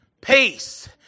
Peace